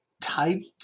typed